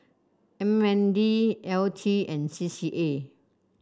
M N D L T and C C A